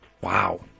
Wow